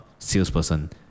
salesperson